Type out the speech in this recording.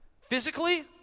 Physically